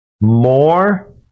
more